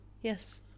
Yes